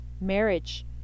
marriage